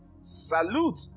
Salute